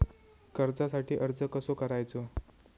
कर्जासाठी अर्ज कसो करायचो?